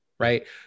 Right